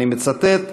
אני מצטט: